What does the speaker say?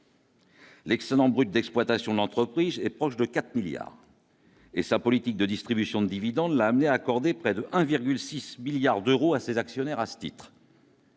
L'excédent brut d'exploitation de l'entreprise est proche de 4 milliards et sa politique de distribution de dividendes l'amener accordé près de 1,6 milliards d'euros à ses actionnaires, à ce titre-.